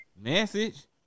Message